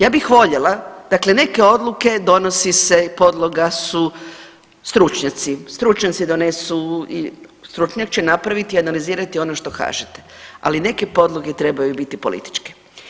Ja bih voljela, dakle neke odluke donosi se i podloga su stručnjaci, stručnjaci donesu, stručnjak će napraviti i analizirati ono što kažete, ali neke podloge trebaju biti političke.